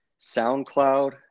SoundCloud